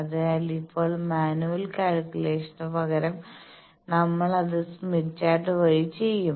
അതിനാൽ ഇപ്പോൾ manual calculation പകരം നമ്മൾ അത് സ്മിത്ത് ചാർട്ട് വഴി ചെയ്യും